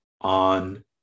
on